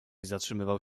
zatrzymywał